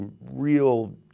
real